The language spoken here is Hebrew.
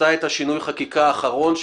עשתה את שינוי החקיקה האחרון.